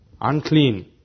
unclean